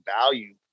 value